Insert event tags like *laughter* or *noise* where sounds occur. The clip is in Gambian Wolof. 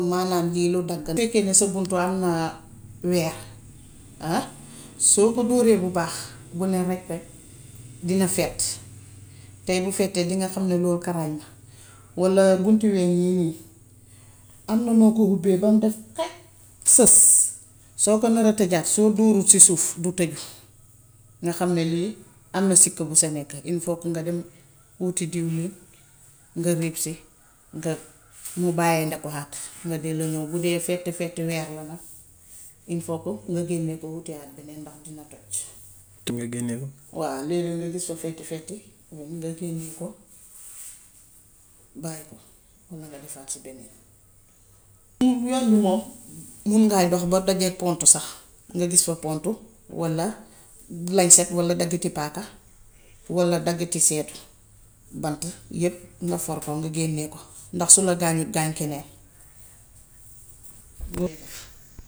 Maanaam lii lu dagg la. Su fekkee ne sa bunt am na weer *unintelligible* soo ko dóoree bu baax bu ne rajèraj dina fett, te bu fettee ding xam ni loolu karaaj na walla bunti wen yii nii am na noo koy hubbee bam def kaj, sës, soo ko nar a tëjaat, soo dóorut si suuf du tëju. Nga xam ne lii am na sikk bu sa nekk. Il faut que nga dem wuti diwlin nga riig si. Nga mu bàyyi nga doxaat,. nga delloo noonu. Bu dee fett-fett weer la nag, il faut que nga génne ko wutihaat beneen ndax dina toj. *unintelligible* Waaw léegi dangay gis foofu fett-fett yi, nga génnee ko, bàyyi ko walla nga defaat ci beneen. Pour yoon bi moom, mun ngaa dox ba dajeek pont sax, nga gis fa pont walla lañset walla dagiti paaka walla dagiti seetu, bant yépp nga for ko nga génne ko ndax su la gaañut gaañ keneen. *unintelligible*